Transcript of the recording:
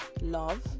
love